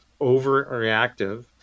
overreactive